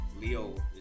Leo